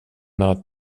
not